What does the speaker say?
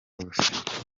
bose